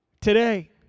today